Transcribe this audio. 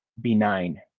benign